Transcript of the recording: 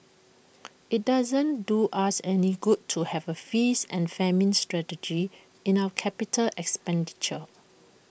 IT doesn't do us any good to have A feast and famine strategy in our capital expenditure